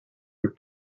her